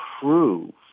prove